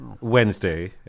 Wednesday